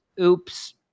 Oops